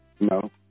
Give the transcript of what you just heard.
No